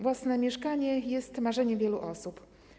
Własne mieszkanie jest marzeniem wielu osób.